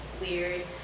weird